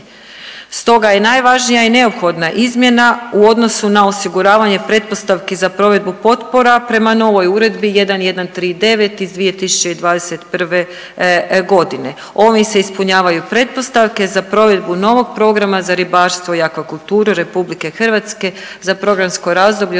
Stoga je najvažnija i neophodna izmjena u odnosu na osiguravanje pretpostavki za provedbu potpora prema novoj uredbi 1139 iz 2021.g.. Ovim se ispunjavaju pretpostavke za provedbu novog programa za ribarstvo i akvakulturu RH za programsko razdoblje